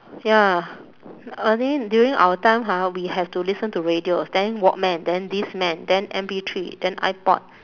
ya earlier during our time ha we have to listen to radios then walkman then discman then M_P three then ipod